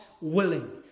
willing